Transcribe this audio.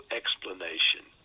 explanation